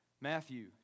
Matthew